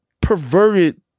perverted